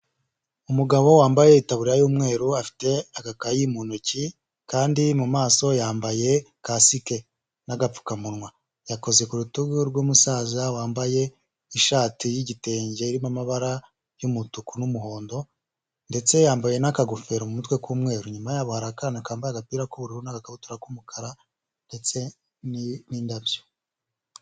Umugabo wambaye itaburiya y'umweru afite agakayi mu ntoki kandi mu maso yambaye kasike n'agapfukamunwa, yakoze ku rutugu rw'umusaza wambaye ishati y'igitenge irimo amabara y'umutuku n'umuhondo ndetse yambaye n'akagofero mutwe k'umweru, inyuma yabo hari akana kambaye agapira k'ubururu n'agakabutura k'umukara ndetse n'indabyo.